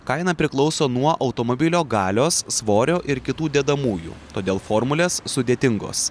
kaina priklauso nuo automobilio galios svorio ir kitų dedamųjų todėl formulės sudėtingos